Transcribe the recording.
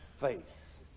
face